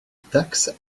taxe